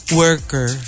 worker